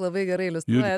labai gerai iliustruoja